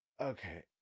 Okay